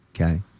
Okay